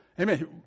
Amen